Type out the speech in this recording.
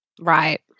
Right